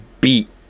beat